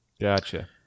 gotcha